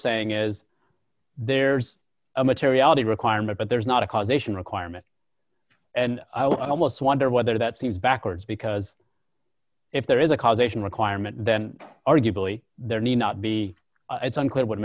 saying is there's a materiality requirement but there's not a causation requirement and i'll most wonder whether that seems backwards because if there is a causation requirement then arguably there need not be it's unclear w